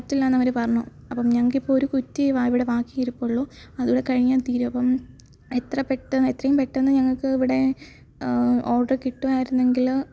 പറ്റില്ലാന്ന് അവർ പറഞ്ഞു അപ്പം ഞങ്ങൾക്കിപ്പൊരു കുറ്റി ഇവിടെ ബാക്കിയിരിപ്പുള്ളൂ അതൂടെ കഴിഞ്ഞാൽ തീരും അപ്പം എത്രയും പെട്ടന്ന് എത്രയും പെട്ടന്ന് ഞങ്ങൾക്ക് ഇവിടെ ഓർഡറ് കിട്ടുവായിരുന്നെങ്കിൽ